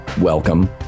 welcome